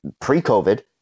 pre-COVID